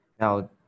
Now